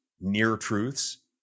near-truths